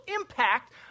impact